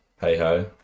Hey-ho